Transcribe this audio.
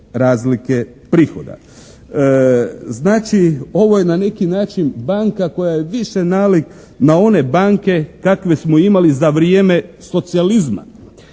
razlike prihoda. Znači ovo je na neki način banka koja je više nalik na one banke kakve smo imali za vrijeme socijalizma